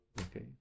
okay